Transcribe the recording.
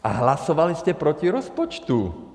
A hlasovali jste proti rozpočtu.